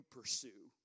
pursue